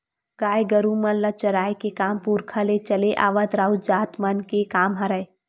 गाय गरु मन ल चराए के काम पुरखा ले चले आवत राउत जात मन के काम हरय